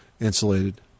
insulated